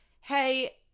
hey